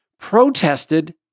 protested